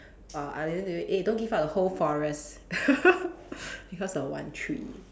err I mean eh don't give up the whole forest because of one tree